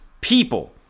people